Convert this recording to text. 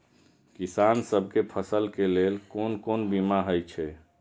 किसान सब के फसल के लेल कोन कोन बीमा हे छे?